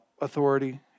Authority